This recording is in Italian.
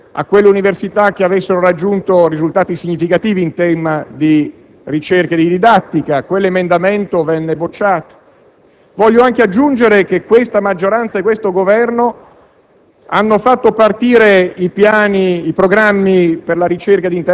consentiva di destinare il 30 per cento delle risorse a quelle università che avessero raggiunto risultati significativi in tema di ricerca e di didattica. Quell'emendamento venne bocciato. Inoltre voglio aggiungere che questa maggioranza e questo Governo